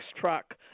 truck